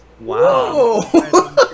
Wow